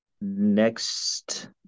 next